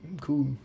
cool